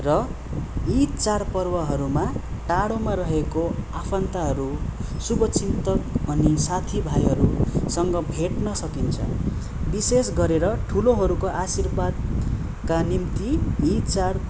र यी चाडपर्वहरूमा टाडोमा रहेको आफन्तहरू शुभचिन्तक अनि साथीभाइहरूसँग भेट्न सकिन्छ विशेष गरेर ठुलोहरूको आशिर्वादका निम्ति यी चाँड